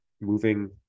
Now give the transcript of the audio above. moving